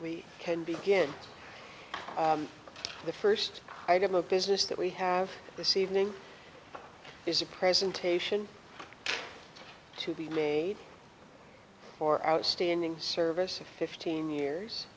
we can begin the first item of business that we have this evening is a presentation to be made for outstanding service of fifteen years